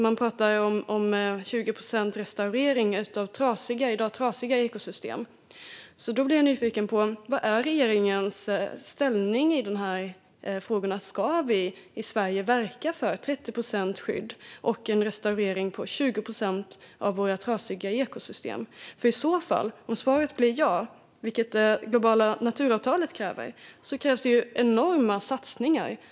Man pratar om 20 procents restaurering av ekosystem som i dag är trasiga, och då blir jag nyfiken på hur regeringen ställer sig till dessa frågor. Ska vi i Sverige verka för 30 procents skydd och en restaurering på 20 procent av de trasiga ekosystemen? Om svaret blir ja, vilket det globala naturavtalet kräver, krävs ju enorma satsningar.